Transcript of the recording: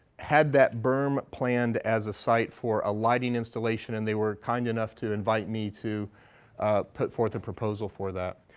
had that berm planned as a site for a lighting installation and they were kind enough to invite me to put forth a proposal for that.